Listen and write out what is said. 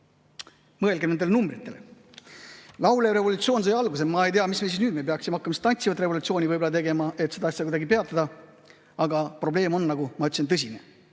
Mõelge nendele numbritele. Laulev revolutsioon sai siis alguse. Ma ei tea, mis me siis nüüd [teeme], me peaksime hakkama tantsivat revolutsiooni võib-olla tegema, et seda asja kuidagi peatada. Aga probleem on, nagu ma ütlesin, tõsine